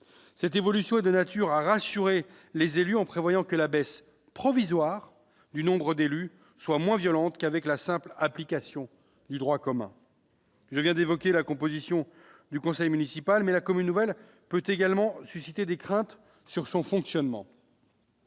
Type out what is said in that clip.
Cette évolution est de nature à rassurer les élus, en faisant que la baisse- provisoire -du nombre d'élus soit moins violente qu'avec la simple application du droit commun. Je viens d'évoquer la composition du conseil municipal, mais le fonctionnement de la commune nouvelle peut également susciter des craintes. Le texte